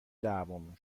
دعوامون